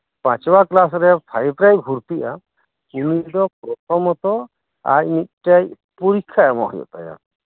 ᱯᱟᱸᱪᱣᱟ ᱠᱞᱟᱥᱨᱮ ᱯᱷᱟᱭᱤᱵᱽ ᱨᱮᱭ ᱵᱷᱚᱨᱛᱤᱜᱼᱟ ᱩᱱᱤᱫᱚ ᱯᱨᱚᱛᱷᱚᱢᱚᱛᱚ ᱟᱡ ᱢᱤᱫᱴᱮᱡ ᱯᱚᱨᱤᱠᱷᱟ ᱮᱢᱚᱜ ᱦᱩᱭᱩᱜ ᱛᱟᱭᱟ